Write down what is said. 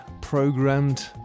programmed